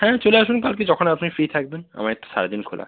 হ্যাঁ চলে আসুন কালকে যখন আপনি ফ্রি থাকবেন আমাদের তো সারা দিন খোলা